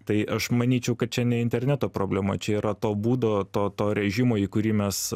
tai aš manyčiau kad čia ne interneto problema čia yra to būdo to to režimo į kurį mes